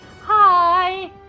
hi